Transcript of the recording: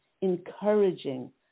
encouraging